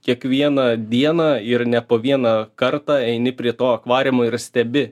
kiekvieną dieną ir ne po vieną kartą eini prie to akvariumo ir stebi